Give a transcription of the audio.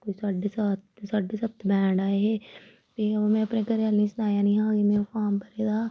कोई साड्डे सात साड्डे सत्त बैंड आए हे ते फ्ही अ'ऊं मै अपने घरै आह्ले सनाया नेईं हा कि मै फार्म भरे दा